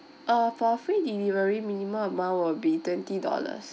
uh for free delivery minimum amount will be twenty dollars